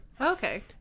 Okay